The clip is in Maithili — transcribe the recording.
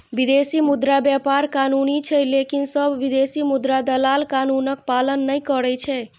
विदेशी मुद्रा व्यापार कानूनी छै, लेकिन सब विदेशी मुद्रा दलाल कानूनक पालन नै करै छै